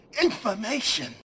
information